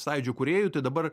sąjūdžio įkūrėjų tai dabar